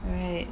right